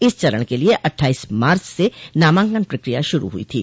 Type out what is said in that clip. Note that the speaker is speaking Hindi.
इस चरण के लिये अट्ठाईस मार्च से नामांकन प्रक्रिया शुरू हुई थी